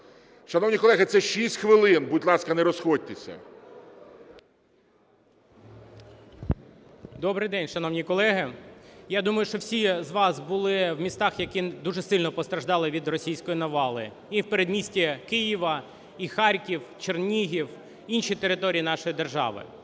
Шановні колеги, це 6 хвилин. Будь ласка, не розходьтеся. 11:07:01 РАЗУМКОВ Д.О. Добрий день, шановні колеги! Я думаю, що всі з вас були в містах, які дуже сильно постраждали від російської навали. І в передмісті Києва, і Харків, Чернігів, інші території нашої держави.